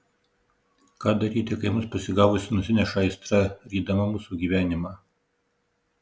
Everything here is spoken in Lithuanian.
ką daryti kai mus pasigavusi nusineša aistra rydama mūsų gyvenimą